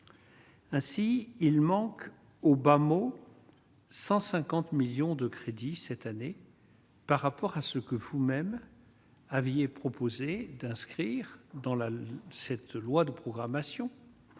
Ainsi, il manque au bas mot. 150 millions de crédits cette année. Par rapport à ce que vous-même aviez proposé d'inscrire dans la loi, cette loi de programmation